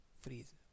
freeze